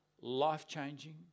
life-changing